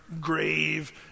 grave